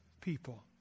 people